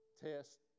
test